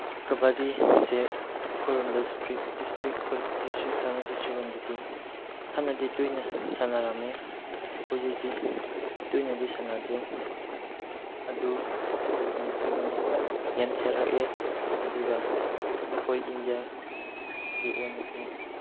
ꯀꯕꯥꯗꯤꯁꯦ ꯑꯩꯈꯣꯏꯔꯣꯝꯗ ꯗꯤꯁꯇ꯭ꯔꯤꯛ ꯑꯩꯈꯣꯏ district Chandel district ꯂꯣꯝꯗꯗꯤ ꯐꯅꯗꯤ ꯇꯣꯏꯅ ꯁꯥꯟꯅꯔꯝꯃꯦ ꯍꯧꯖꯤꯛꯇꯤ ꯇꯣꯏꯅꯗꯤ ꯁꯥꯟꯅꯗꯦ ꯑꯗꯨ ꯑꯣꯏꯅ ꯐꯤꯕꯝꯁꯤ ꯌꯥꯝ ꯌꯥꯝꯊꯔꯛꯑꯦ ꯑꯗꯨꯒ ꯑꯩꯈꯣꯏ ꯏꯟꯗꯤꯌꯥꯒꯤ ꯑꯣꯏꯅꯁꯨ